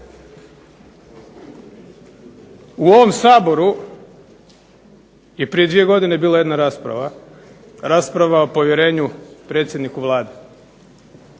U ovom Saboru je prije dvije godine bila jedna rasprava, rasprava o povjerenju predsjedniku Vlade.